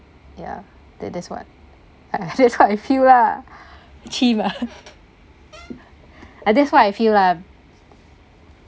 ya that that's what uh that's what I feel lah cheem ah that's what I feel lah